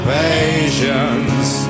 patience